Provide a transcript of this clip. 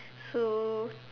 so